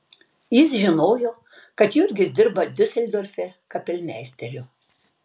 jis žinojo kad jurgis dirba diuseldorfe kapelmeisteriu